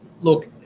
look